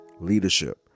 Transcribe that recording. leadership